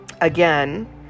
Again